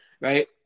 right